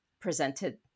presented